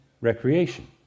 recreation